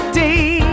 day